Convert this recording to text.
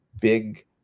big